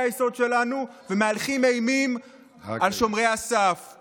אתם עושים פלסטלינה מחוקי-היסוד שלנו ומהלכים אימים על שומרי הסף.